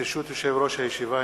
ברשות יושב-ראש הישיבה,